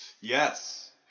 Yes